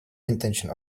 intention